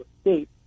State